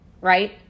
right